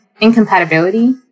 incompatibility